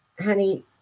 honey